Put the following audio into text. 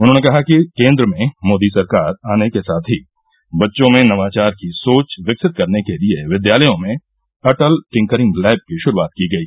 उन्होंने कहा कि केन्द्र में मोदी सरकार आने के साथ ही बच्चों में नवाचार की सोच विकसित करने के लिए विद्यालयों में अटल टिंकरिंग लैब की शुरूआत की गई